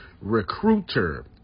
recruiter